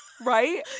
Right